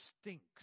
stinks